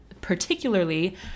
particularly